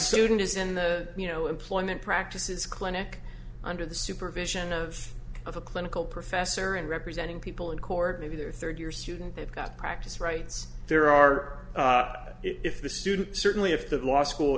student is in the you know employment practices clinic under the supervision of a clinical professor and representing people in court maybe their third year student they've got practice rights there are if the student certainly if the law school